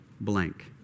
blank